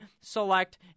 select